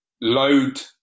load